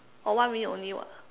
oh one minute only [what]